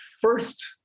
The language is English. first